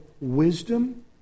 wisdom